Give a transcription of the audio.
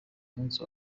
munsi